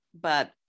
but-